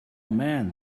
man